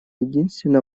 единственно